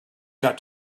got